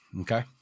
Okay